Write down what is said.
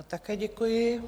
Také děkuji.